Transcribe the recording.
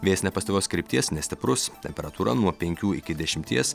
vėjas nepastovios krypties nestiprus temperatūra nuo penkių iki dešimties